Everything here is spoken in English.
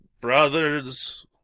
brothers